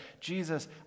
Jesus